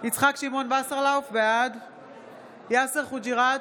יצחק שמעון וסרלאוף, בעד יאסר חוג'יראת,